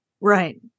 Right